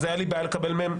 אז הייתה לי בעיה לקבל מהם,